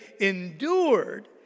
endured